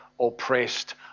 oppressed